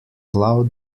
plow